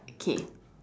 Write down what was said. okay